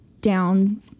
down